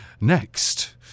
Next